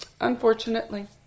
unfortunately